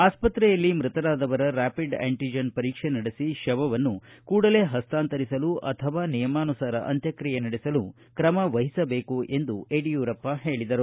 ಆಸ್ತ್ರೆಯಲ್ಲಿ ಮ್ಯತರಾದವರ rapid antigen ಪರೀಕ್ಷೆ ನಡೆಸಿ ಶವವನ್ನು ಕೂಡಲೇ ಪಸ್ನಾಂತರಿಸಲು ಅಥವಾ ನಿಯಮಾನುಸಾರ ಅಂತ್ಯಕ್ರಿಯೆ ನಡೆಸಲು ಕ್ರಮವಹಿಸಬೇಕು ಎಂದು ಯಡಿಯೂರಪ ಹೇಳಿದರು